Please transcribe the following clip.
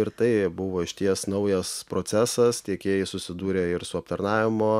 ir tai buvo išties naujas procesas tiekėjai susidūrė ir su aptarnavimo